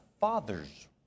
Father's